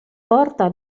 porta